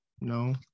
no